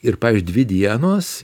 ir pavyzdžiui dvi dienos